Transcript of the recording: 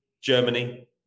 Germany